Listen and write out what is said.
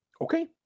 Okay